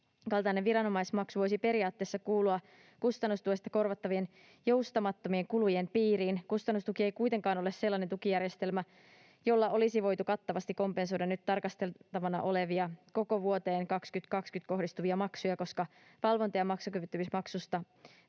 kaltainen viranomaismaksu voisi periaatteessa kuulua kustannustuesta korvattavien joustamattomien kulujen piiriin. Kustannustuki ei kuitenkaan ole sellainen tukijärjestelmä, jolla olisi voitu kattavasti kompensoida nyt tarkasteltavana olevia, koko vuoteen 2020 kohdistuvia maksuja, koska valvonta- ja maksukyvyttömyysmaksusta